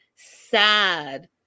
sad